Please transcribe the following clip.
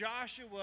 Joshua